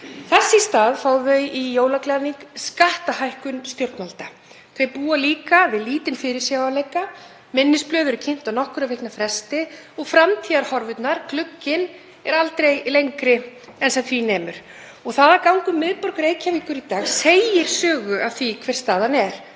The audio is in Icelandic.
Þess í stað fá þau í jólaglaðning skattahækkun stjórnvalda. Þau búa líka við lítinn fyrirsjáanleika, minnisblöð eru kynnt á nokkurra vikna fresti og framtíðarhorfurnar, glugginn, eru aldrei meiri en sem því nemur. Að ganga um miðborg Reykjavíkur í dag segir sögu af því hver staðan er.